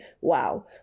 Wow